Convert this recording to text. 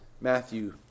Matthew